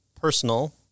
personal